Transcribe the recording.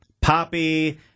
Poppy